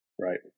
Right